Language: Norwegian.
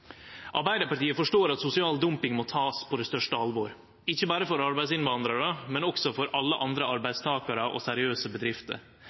Arbeidarpartiet forstår at sosial dumping må takast på det største alvor, ikkje berre når det gjeld arbeidsinnvandrarar, men også når det gjeld alle andre arbeidstakarar og seriøse bedrifter.